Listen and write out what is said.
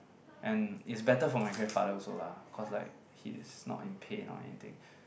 and it's better for my grandfather also lah cause like he's not in pain or anything